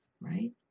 Right